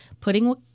putting